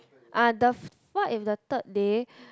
ah the what if the third day